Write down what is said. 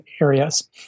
areas